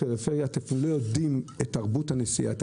אתם אפילו לא יודעים את תרבות הנסיעה בפריפריה,